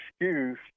excuse